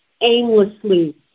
aimlessly